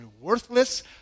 worthless